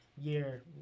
year